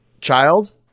child